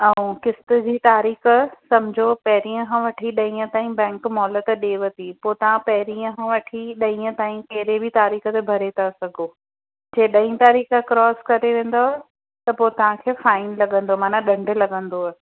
ऐं किश्त जी तारीख़ सम्झो पहिरींअ खां वठी ॾहींअ ताईं बैंक मोहलतु ॾिएव थी पोइ तव्हां पहिरींअ खां वठी ॾहींअ ताईं कहिड़े बि तारीख़ ते भरे था सघो जे ॾहीं तारीख़ क्रोस करे वेंदो त पोइ तव्हांखे फाइन लॻंदो माना डंडु लॻंदो